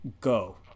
go